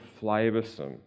flavoursome